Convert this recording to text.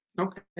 okay